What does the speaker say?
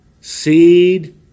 seed